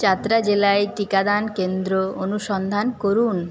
চাতরা জেলায় টিকাদান কেন্দ্র অনুসন্ধান করুন